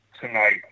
tonight